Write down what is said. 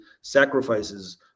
sacrifices